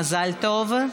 מזל טוב.